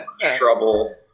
trouble